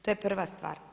To je prva stvar.